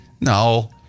No